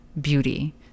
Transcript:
beauty